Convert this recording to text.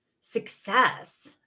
success